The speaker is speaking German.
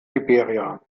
liberia